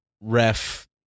ref